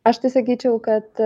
aš tai sakyčiau kad